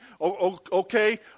Okay